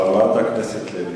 חברת הכנסת לוי,